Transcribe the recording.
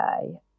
okay